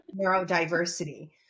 neurodiversity